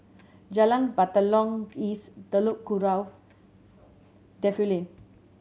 Jalan Batalong East Telok Kurau Defu Lane